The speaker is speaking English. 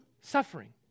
suffering